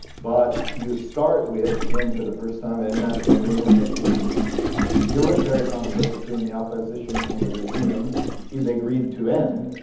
but you start with, again, for the first time an international agreement that the military conflict between the opposition and the regime is agreed to end.